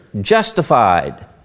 justified